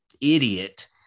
idiot